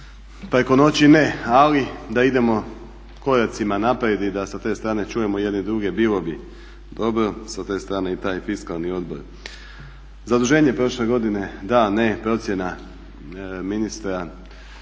Preko noći ne ali da idemo koracima naprijed i da sa te strane čujemo jedni druge, bilo bi problem. S te strane i taj fiskalni odbor. Zaduženje prošle godine da, ne, procjena ministra,